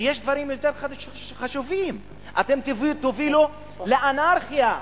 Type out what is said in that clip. שיש דברים יותר חשובים אתם תובילו לאנרכיה,